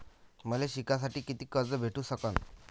मले शिकासाठी कितीक कर्ज भेटू सकन?